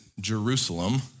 Jerusalem